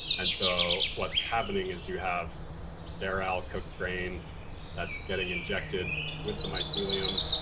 and so what's happening is, you have sterile cooked grain that's getting injected with the mycelium.